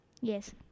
Yes